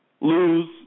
lose